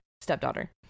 stepdaughter